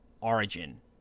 origin